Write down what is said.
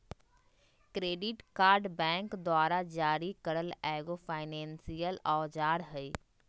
credit card bank द्वारा जारी करल एगो फायनेंसियल औजार हइ